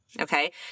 Okay